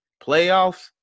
Playoffs